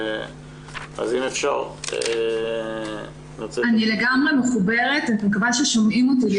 אז אם אפשר אני רוצה --- אני לגמרי מחוברת ואני מקווה ששומעים אותי.